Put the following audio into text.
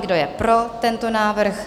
Kdo je pro tento návrh?